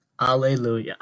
Alleluia